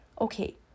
okay